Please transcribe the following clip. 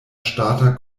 ŝtata